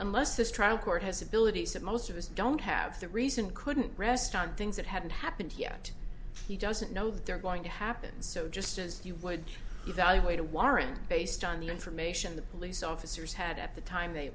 unless this trial court has abilities that most of us don't have that recent couldn't rest on things that hadn't happened yet he doesn't know that they're going to happen so just as you would evaluate a warrant based on the information the police officers had at the time they